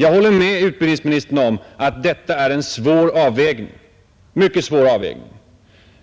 Jag håller med utbildningsministern om att detta är en mycket svår avvägning,